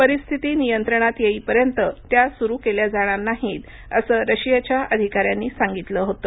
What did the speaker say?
परिस्थिती नियंत्रणात येईपर्यंत त्या सुरू केल्या जाणार नाहीत असं रशियाच्या अधिकाऱ्यांनी सांगितलं होतं